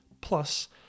Plus